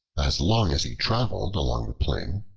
as long as he traveled along the plain,